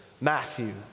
Matthew